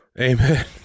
Amen